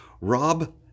Rob